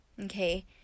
Okay